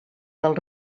del